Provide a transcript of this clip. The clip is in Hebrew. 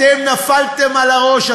אתם נפלתם על הראש.